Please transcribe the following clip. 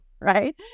right